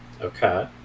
Okay